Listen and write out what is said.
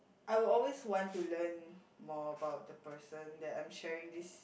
I would always want to learn more about the person that I'm sharing this